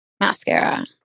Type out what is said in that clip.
mascara